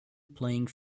playing